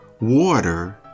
water